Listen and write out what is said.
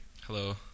Hello